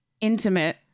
intimate